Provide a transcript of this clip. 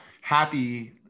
happy